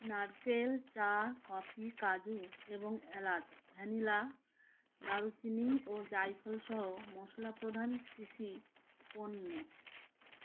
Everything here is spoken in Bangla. নারকেল চা কফি কাজু এবং এলাচ ভ্যানিলা দারুচিনি ও জাইফলসহ মশলা প্রধান কৃষি পণ্য